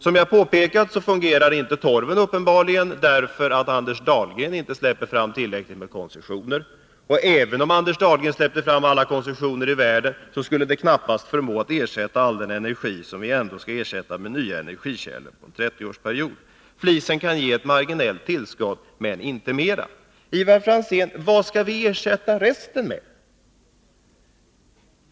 Som jag påpekat fungerar uppenbarligen inte torven, därför att Anders Dahlgren inte släpper fram tillräckligt med koncessioner. Och även om Anders Dahlgren släppte fram alla koncessioner i världen, skulle det knappast förslå till att ersätta all den energi som måste fram de kommande 30 åren. Flisen kan ge ett marginellt tillskott, men inte mera. Vad skall vi ersätta resten av kärnkraft och oljeenergin med Ivar Franzén?